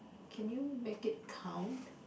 can you make it count